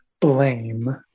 blame